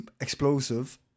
explosive